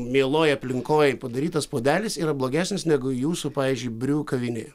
mieloj aplinkoj padarytas puodelis yra blogesnis negu jūsų pavyzdžiui briū kavinėje